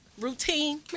routine